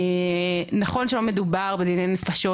נכון שלא מדובר בדיני נפשות,